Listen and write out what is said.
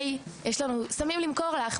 היי יש לנו סמים למכור לך,